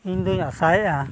ᱤᱧᱫᱩᱧ ᱟᱥᱟᱭᱮᱜᱼᱟ